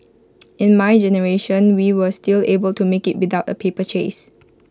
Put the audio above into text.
in my generation we were still able to make IT without A paper chase